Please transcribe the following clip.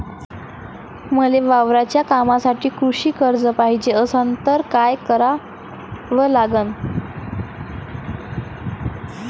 मले वावराच्या कामासाठी कृषी कर्ज पायजे असनं त काय कराव लागन?